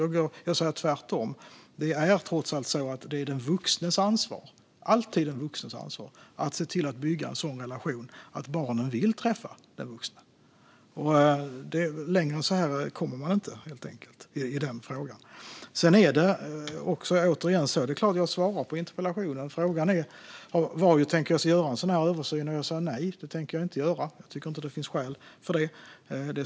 Jag säger tvärtom: Det är trots allt alltid den vuxnes ansvar att se till att bygga en sådan relation att barnen vill träffas. Längre än så kommer man inte i den frågan. Det är klart att jag svarar på interpellationen. Frågan var om vi tänker oss att göra en sådan översyn, och jag säger nej. Det tänker jag inte göra. Jag tycker inte att det finns skäl för det.